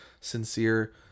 sincere